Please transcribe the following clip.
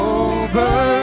over